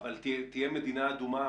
אבל תהיה מדינה אדומה,